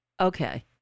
Okay